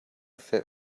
fit